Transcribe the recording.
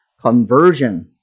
conversion